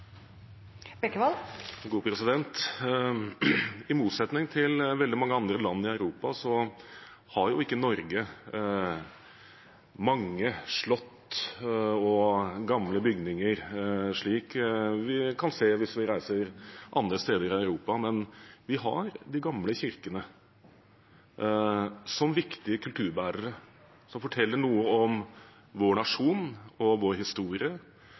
I motsetning til veldig mange andre land i Europa har ikke Norge mange slott og gamle bygninger, som vi kan se hvis vi reiser andre steder i Europa. Men vi har de gamle kirkene som viktige kulturbærere som forteller noe om vår nasjon og vår historie,